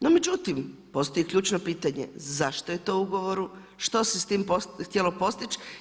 No, međutim, postoji ključno pitanje zašto je to u ugovoru, što se s tim htjelo postići?